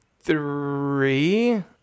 Three